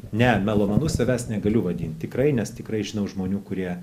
ne melomanu savęs negaliu vadint tikrai nes tikrai žinau žmonių kurie